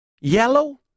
yellow